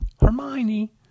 Hermione